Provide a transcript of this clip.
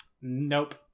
Nope